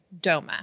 DOMA